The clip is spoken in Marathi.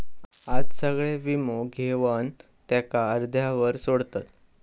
आज सगळे वीमो घेवन त्याका अर्ध्यावर सोडतत